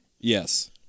Yes